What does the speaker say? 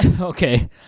okay